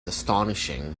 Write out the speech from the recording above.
astonishing